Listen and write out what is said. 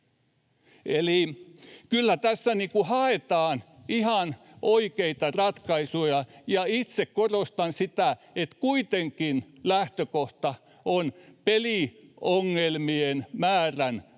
Kyllä tässä haetaan ihan oikeita ratkaisuja, ja itse korostan sitä, että kuitenkin lähtökohta on peliongelmien määrän